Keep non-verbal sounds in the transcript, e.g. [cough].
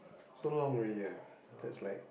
so long already ah [breath] that's like